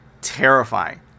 terrifying